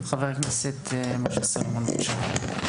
חבר הכנסת משה סולומון, בבקשה.